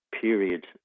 period